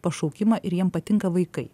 pašaukimą ir jiem patinka vaikai